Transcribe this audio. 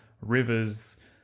Rivers